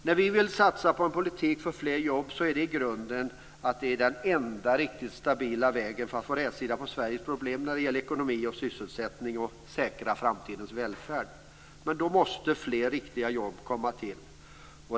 När vi vill satsa på en politik för fler jobb är grunden att det är den enda riktigt stabila vägen för att få rätsida på Sveriges problem när det gäller ekonomi och sysselsättning och säkra framtidens välfärd. Då måste fler riktiga jobb komma till.